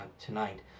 tonight